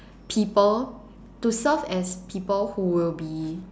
people to serve as people who will be